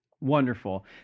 Wonderful